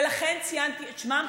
ולכן ציינתי את שמם,